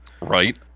Right